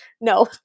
no